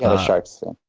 ah shark's fin.